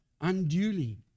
unduly